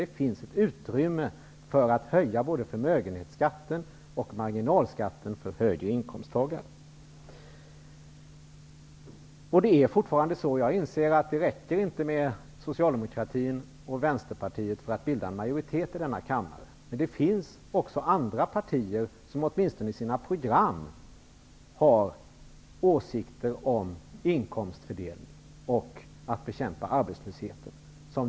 Det finns ett utrymme för att höja både förmögenhetsskatten och marginalskatten för högre inkomsttagare. Jag inser att det inte räcker med Socialdemokraterna och Vänsterpartiet för att bilda majoritet i denna kammare. Men det finns andra partier som åtminstone i sina program har åsikter om inkomstfördelning och bekämpning av arbetslösheten.